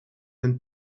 een